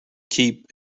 keep